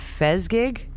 Fezgig